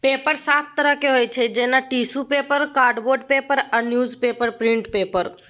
paper सात तरहक होइ छै जेना टिसु पेपर, कार्डबोर्ड पेपर आ न्युजपेपर प्रिंट पेपर